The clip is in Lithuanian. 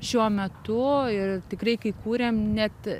šiuo metu ir tikrai kai kūrėm net